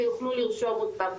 ויוכלו לרשום אותם.